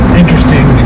interesting